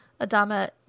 Adama